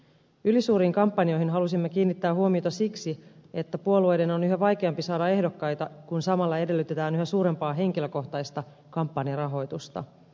ylisuuriin kampanjoihin halusimme kiinnittää huomiota siksi että puolueiden on yhä vaikeampi saada ehdokkaita kun samalla edellytetään yhä suurempaa henkilökohtaista kampanjarahoitusta